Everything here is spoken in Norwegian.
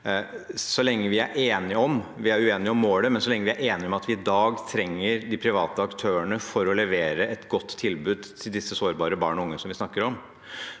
Vi er uenige om målet, men vi er enige om at vi i dag trenger de private aktørene for å levere et godt tilbud til de sårbare barna og unge vi snakker om.